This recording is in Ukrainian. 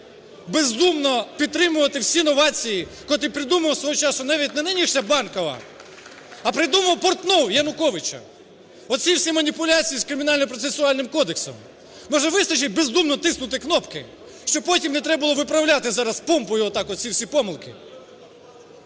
бездумно підтримувати всі новації, котрі придумав свого часу, навіть не нинішня Банкова, а придумав Портнов Януковича, оці всі маніпуляції з Кримінально-процесуальним кодексом? Може, вистачить бездумно тиснути кнопки, щоб потім не треба було виправляти зараз помпою так оці всі помилки?